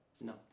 No